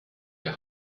der